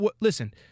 listen